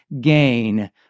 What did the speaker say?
gain